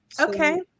Okay